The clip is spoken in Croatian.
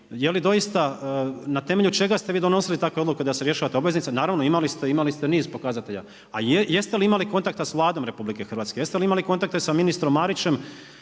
na temelju čega ste vi donosili takve odluke da se rješavate obveznica, naravno imali ste niz pokazatelja. A jeste li imali kontakta sa Vladom Republike Hrvatske? Jeste li imali kontakta sa ministrom Marićom